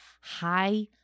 high